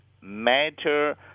matter